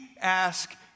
ask